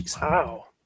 Wow